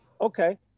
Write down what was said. Okay